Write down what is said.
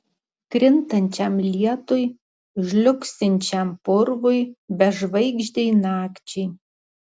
krintančiam lietui žliugsinčiam purvui bežvaigždei nakčiai